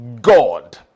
God